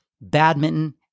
badminton